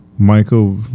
Michael